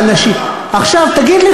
עכשיו תגיד לי,